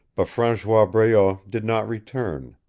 but francois breault did not return.